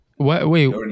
Wait